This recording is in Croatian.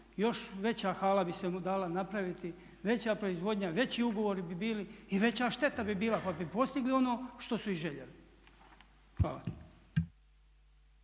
još veća hala bi se dala napraviti, veća proizvodnja, veći ugovori bi bili i veća šteta bi bila pa bi postigli ono što su i željeli. Hvala.